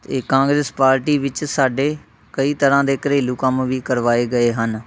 ਅਤੇ ਕਾਂਗਰਸ ਪਾਰਟੀ ਵਿੱਚ ਸਾਡੇ ਕਈ ਤਰ੍ਹਾਂ ਦੇ ਘਰੇਲੂ ਕੰਮ ਵੀ ਕਰਵਾਏ ਗਏ ਹਨ